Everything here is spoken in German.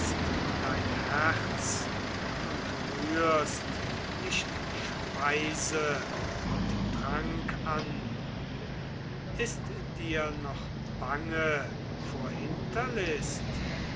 dein herz und rührest nicht speise und trank an ist dir noch bange vor